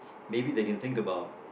maybe they can think about